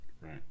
Right